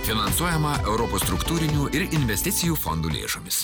finansuojama europos struktūrinių ir investicijų fondų lėšomis